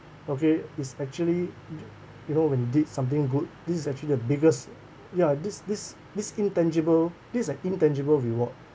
okay it's actually you you know when you did something good this is actually the biggest ya this this this intangible this is an intangible reward